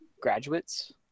graduates